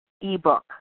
ebook